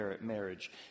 marriage